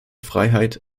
freiheit